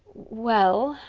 well,